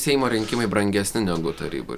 seimo rinkimai brangesni negu tarybų